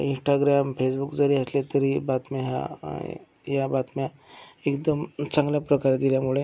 Instagram Facebook जरी असले तरी बातम्या ह्या या बातम्या एकदम चांगल्या प्रकारे दिल्यामुळे